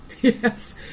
Yes